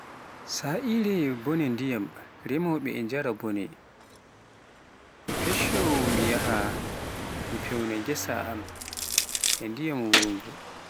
Sa'ire bone ndiyam remoɓe e njara bone, Micfo yaha mi fewna ngesa am e ndiyam wurngo,